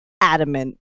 adamant